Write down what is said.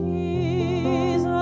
Jesus